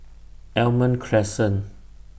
Almond Crescent